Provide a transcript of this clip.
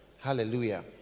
Hallelujah